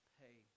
pay